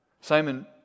Simon